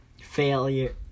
failure